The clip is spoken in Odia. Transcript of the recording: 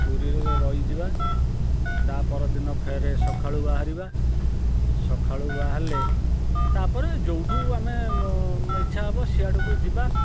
ପୁରୀରେ ରହିଯିବା ତାପର ଦିନ ଫେରେ ସକାଳୁ ବାହାରିବା ସଖାଳୁ ବାହାରିଲେ ତାପରେ ଯେଉଁଠୁ ଆମେ ଇଚ୍ଛା ହବ ସିଆଡ଼କୁ ଯିବା